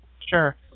sure